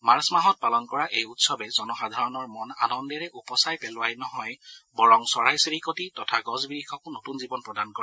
March মাহত পালন কৰা এই উৎসৱে জনসাধাৰণৰ মন আনন্দেৰে উপচাই পেলোৱাই নহয় বৰং চৰাই চিৰিকতি তথা গছ বিৰিখকো নতুন জীৱন প্ৰদান কৰে